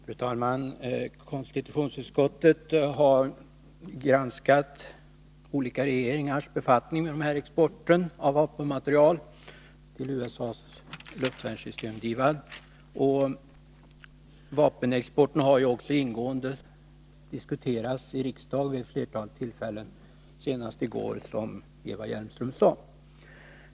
Fru talman! Konstitutionsutskottet har granskat olika regeringars befattning med exporten av vapenmateriel till USA:s luftvärnssystem DIVAD. Vapenexporten har ju också ingående diskuterats i riksdagen vid ett flertal tillfällen — senast i går, som Eva Hjelmström sade.